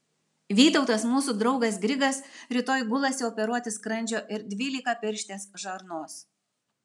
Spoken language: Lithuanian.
vytautas mūsų draugas grigas rytoj gulasi operuoti skrandžio ir dvylikapirštės žarnos